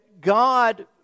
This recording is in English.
God